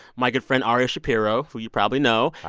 my good friend, ari shapiro, who you probably know. hi.